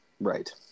Right